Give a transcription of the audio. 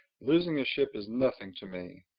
losing a ship is nothing to me.